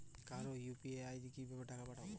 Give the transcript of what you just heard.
কারো ইউ.পি.আই তে কিভাবে টাকা পাঠাবো?